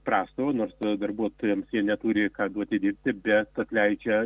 prastovų nors darbuotojams jie neturi ką duoti dirbti bet atleidžia